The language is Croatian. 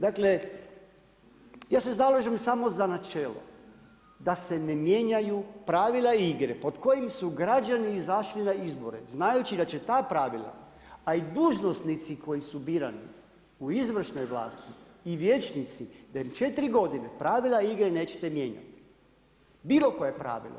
Dakle ja se zalažem samo za načelo da se ne mijenjaju pravila igre pod kojim su građani izašli na izbore znajući da će ta pravila, a i dužnosnici koji su birani u izvršnoj vlasti i vijećnici da im četiri godine pravila igre nećete mijenjati, bilo koje pravilo.